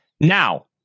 Now